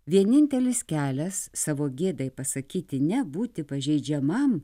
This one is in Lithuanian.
vienintelis kelias savo gėdai pasakyti ne būti pažeidžiamam